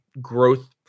growth